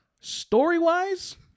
story-wise